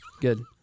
Good